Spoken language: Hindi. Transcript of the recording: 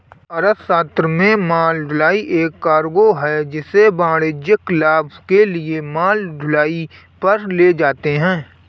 अर्थशास्त्र में माल ढुलाई एक कार्गो है जिसे वाणिज्यिक लाभ के लिए माल ढुलाई पर ले जाते है